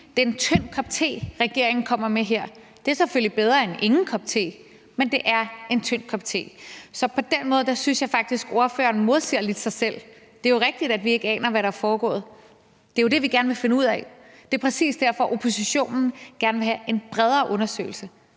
det er en tynd kop te, regeringen kommer med her. Det er selvfølgelig bedre end ingen kop te, men det er en tynd kop te. Så på den måde synes jeg faktisk, ordføreren modsiger lidt sig selv. Det er jo rigtigt, at vi ikke aner, hvad der er foregået. Det er jo det, vi gerne vil finde ud af. Det er præcis derfor, oppositionen gerne vil have en bredere undersøgelse